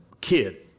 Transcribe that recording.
kid